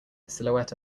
silhouette